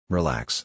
Relax